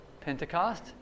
Pentecost